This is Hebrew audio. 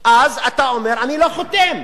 אז אתה אומר: אני לא חותם.